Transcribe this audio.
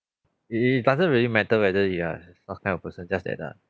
it it doesn't really matter whether you are what kind of person just that uh